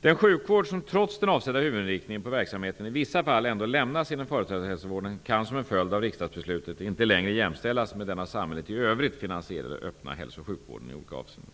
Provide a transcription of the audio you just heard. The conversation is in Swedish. Den sjukvård som trots den avsedda huvudinriktningen på verksamheten i vissa fall ändå lämnas inom företagshälsovården kan som en följd av riksdagsbeslutet inte längre jämställas med den av samhället i övrigt finansierade öppna hälsooch sjukvården i olika avseenden.